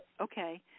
Okay